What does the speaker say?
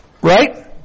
Right